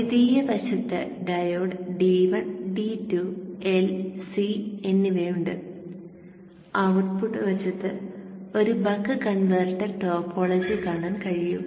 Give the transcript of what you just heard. ദ്വിതീയ വശത്ത് diode D1 D2 L C എന്നിവയുണ്ട് ഔട്ട്പുട്ട് വശത്ത് ഒരു ബക്ക് കൺവെർട്ടർ ടോപ്പോളജി കാണാൻ കഴിയും